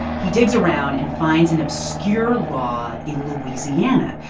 he digs around and finds an obscure law in louisiana,